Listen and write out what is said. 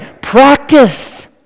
Practice